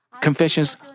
confessions